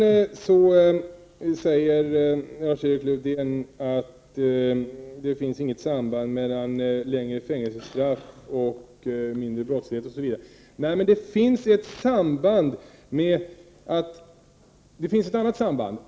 Lars-Erik Lövdén säger sedan att det inte finns något samband mellan längre fängelsestraff och lägre brottslighet. Nej, men det finns ett annat samband.